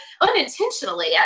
unintentionally